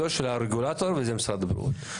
נכנס תפקידו של הרגולטור שהוא משרד הבריאות.